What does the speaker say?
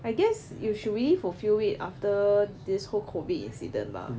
I guess you should relieve for few week after this whole COVID incident lah